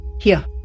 Here